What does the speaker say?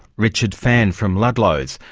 richard phan, from ludlows,